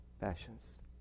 passions